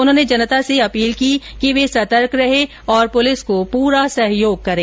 उन्होंने जनता से अपील की कि वे सतर्क रहें और पुलिस को सहयोग करें